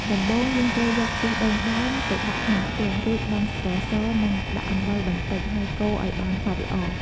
ដំបូងយើងត្រូវយកខ្ទិះដូងដើម ទៅដាក់ក្នុងខ្ទះ រួចបង់ ស្ករស និងដាក់អំបិលបន្តិច ហើយកូរឱ្យបានសព្វល្អ។